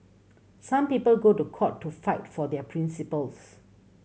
some people go to court to fight for their principles